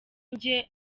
nje